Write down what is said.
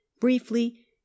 briefly